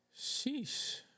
Sheesh